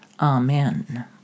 Amen